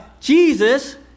Jesus